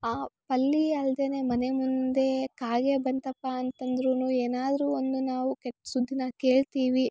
ಆ ಹಲ್ಲಿ ಅಲ್ದೆ ಮನೆ ಮುಂದೇ ಕಾಗೆ ಬಂತಪ್ಪ ಅಂತಂದ್ರು ಏನಾದ್ರು ಒಂದು ನಾವು ಕೆಟ್ಟ ಸುದ್ದಿ ಕೇಳ್ತೀವಿ